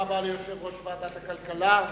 תודה רבה ליושב-ראש ועדת הכלכלה,